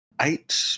eight